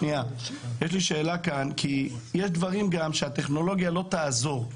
כאן כי יש דברים שהטכנולוגיה לא תעזור.